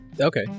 Okay